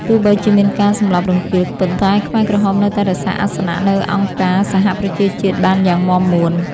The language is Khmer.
ទោះបីជាមានការសម្លាប់រង្គាល ប៉ុន្តែខ្មែរក្រហមនៅតែរក្សាអាសនៈនៅអង្គការសហប្រជាជាតិបានយ៉ាងមាំមួន។